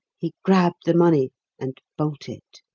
he grabbed the money and bolted.